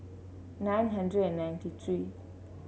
nine hundred and ninety three